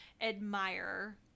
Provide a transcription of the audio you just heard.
admire